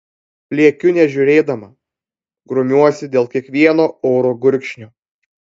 pliekiu nežiūrėdama grumiuosi dėl kiekvieno oro gurkšnio